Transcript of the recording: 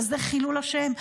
כזה חילול השם.